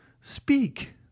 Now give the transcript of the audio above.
Speak